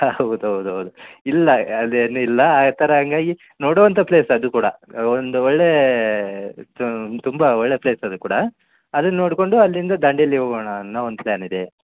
ಹಾಂ ಹೌದು ಹೌದ್ ಹೌದು ಇಲ್ಲ ಅದೇನು ಇಲ್ಲ ಆ ಥರ ಹಂಗಾಗಿ ನೋಡುವಂತ ಪ್ಲೇಸ್ ಅದು ಕೂಡ ಒಂದು ಒಳ್ಳೆಯ ತುಂಬ ಒಳ್ಳೆಯ ಪ್ಲೇಸ್ ಅದು ಕೂಡ ಅದನ್ನು ನೋಡಿಕೊಂಡು ಅಲ್ಲಿಂದ ದಾಂಡೇಲಿ ಹೋಗೋಣ ಅನ್ನೋ ಒಂದು ಪ್ಲ್ಯಾನ್ ಇದೆ